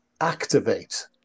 activate